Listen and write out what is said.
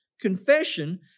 confession